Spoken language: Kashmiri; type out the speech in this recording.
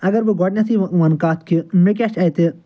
اگر بہٕ گۄڈٕنٮ۪تھے ونہٕ کتھ کہِ مےٚ کیٚاہ چھِ اتہِ